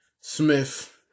Smith